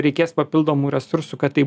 reikės papildomų resursų kad tai